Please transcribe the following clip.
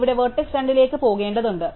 ഇവിടെ വെർട്ടെക്സ് 2 ലേക്ക് പോകേണ്ടതുണ്ട്